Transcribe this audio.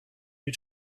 you